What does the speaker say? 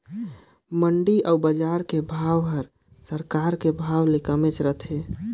मंडी अउ बजार के भाव हर सरकार के भाव ले कमेच रथे